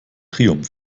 triumph